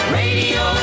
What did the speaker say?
radio